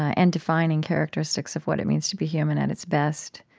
and defining characteristics of what it means to be human, at its best.